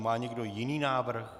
Má někdo jiný návrh?